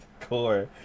core